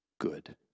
good